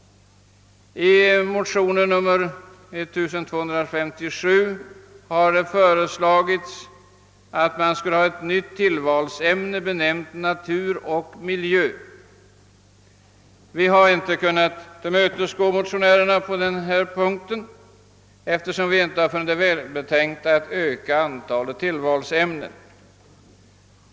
I motion nr 1257 i andra kammaren har föreslagits ett nytt tillvalsämne, benämnt »Natur och miljö». Vi har inte kunnat tillmötesgå motionärernas krav, eftersom vi inte har funnit det välbetänkt att öka antalet tillvalsämnen.